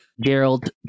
Gerald